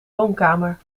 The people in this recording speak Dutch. woonkamer